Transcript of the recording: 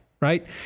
Right